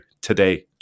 Today